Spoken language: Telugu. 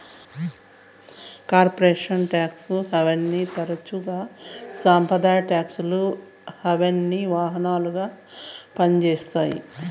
కార్పొరేట్ టాక్స్ హావెన్ని తరచుగా సంప్రదాయ టాక్స్ హావెన్కి వాహనాలుగా పంజేత్తాయి